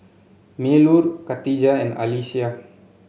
Melur Khatijah and Alyssa